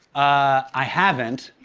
i haven't.